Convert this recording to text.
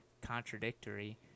contradictory